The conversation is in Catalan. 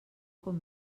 com